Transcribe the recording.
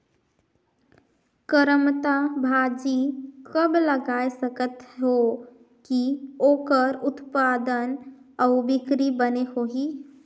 करमत्ता भाजी कब लगाय सकत हो कि ओकर उत्पादन अउ बिक्री बने होही?